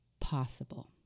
possible